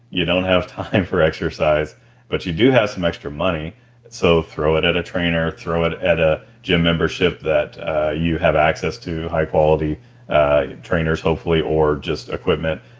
you don't have time for exercise but you do have some extra money so throw it at a trainer throw it at a gym membership that ah you have access to high quality trainers hopefully or just equipment.